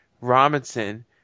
Robinson